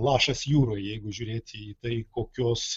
lašas jūroje jeigu žiūrėti į tai kokios